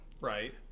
Right